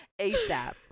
ASAP